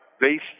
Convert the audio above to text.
based